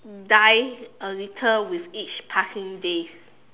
die a little with each passing day